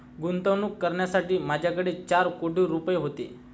गुंतवणूक करण्यासाठी माझ्याकडे चार कोटी रुपये होते